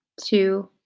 two